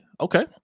Okay